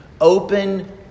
Open